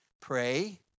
pray